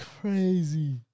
crazy